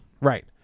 right